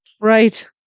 Right